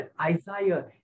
Isaiah